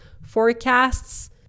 forecasts